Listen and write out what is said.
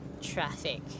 traffic